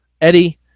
Eddie